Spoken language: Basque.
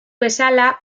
bezala